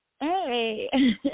Hey